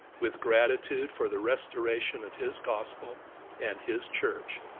with gratitude for the restoration of his gospel and his church,